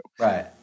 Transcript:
Right